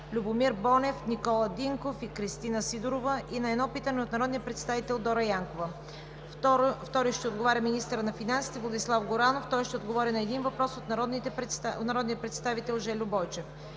Любомир Бонев, Никола Динков, и Кристина Сидорова, и на едно питане от народния представител Дора Янкова. 2. Министърът на финансите Владислав Горанов ще отговори на един въпрос от народния представител Жельо Бойчев.